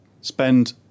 spend